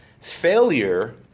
failure